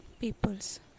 peoples